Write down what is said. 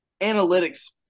analytics